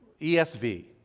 ESV